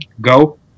go